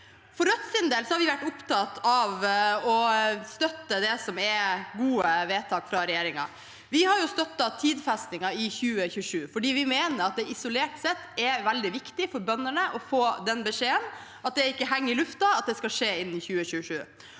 For Rødts del har vi vært opptatt av å støtte det som er gode vedtak fra regjeringen. Vi har støttet tidfestingen i 2027 fordi vi mener at det isolert sett er veldig viktig for bøndene å få den beskjeden – at det ikke henger i luften, men at det skal skje innen 2027.